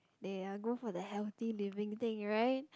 they are good for the healthy living thing right